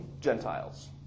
Gentiles